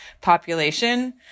population